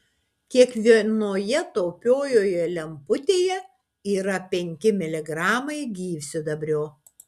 kiekvienoje taupiojoje lemputėje yra penki miligramai gyvsidabrio